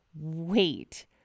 wait